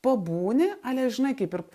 pabūni ale žinai kaip ir